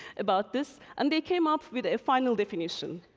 about this, and they came up with a final definition.